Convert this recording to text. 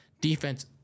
defense